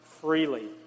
freely